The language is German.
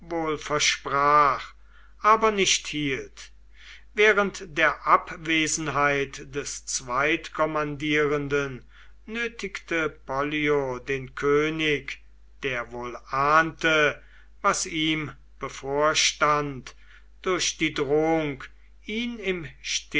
versprach aber nicht hielt während der abwesenheit des zweitkommandierenden nötigte pollio den könig der wohl ahnte was ihm bevorstand durch die drohung ihn im